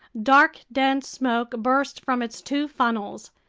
dark, dense smoke burst from its two funnels.